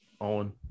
Owen